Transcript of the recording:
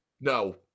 No